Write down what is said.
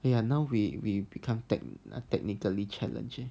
then ya now we we become tech~ technically challenging